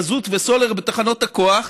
מזוט וסולר בתחנות הכוח,